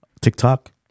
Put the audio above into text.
TikTok